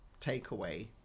takeaway